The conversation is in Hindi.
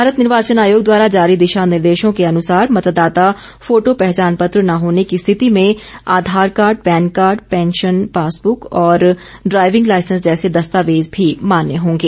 भारत निर्वाचन आयोग द्वारा जारी दिशा निर्देशों के अनुसार मतदाता फोटो पहचान पत्र न होने की स्थिति में Aadhaar card PAN card pension passbook और ड्राईविंग लाईसेंस जैसे दस्तावेज भी मान्य होंगे